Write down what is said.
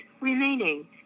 remaining